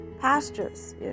pastures